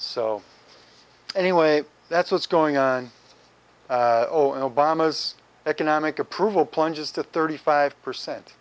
so anyway that's what's going on in obama's economic approval plunges to thirty five percent